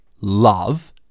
love